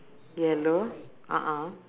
yellow a'ah